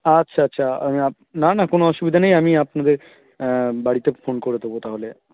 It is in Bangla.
আচ্ছা আচ্ছা আমি না না কোনো অসুবিধা নেই আমি আপনাদের বাড়িতে ফোন করে দেবো তাহলে